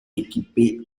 équipés